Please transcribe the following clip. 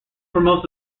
promotes